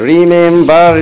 Remember